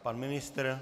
Pan ministr?